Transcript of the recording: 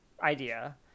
idea